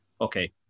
Okay